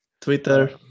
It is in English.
twitter